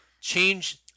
change